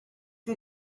you